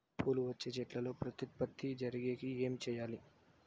పూలు వచ్చే చెట్లల్లో ప్రత్యుత్పత్తి జరిగేకి ఏమి చేయాలి?